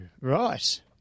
right